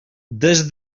des